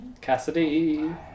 Cassidy